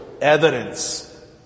evidence